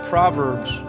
Proverbs